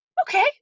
okay